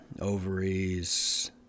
ovaries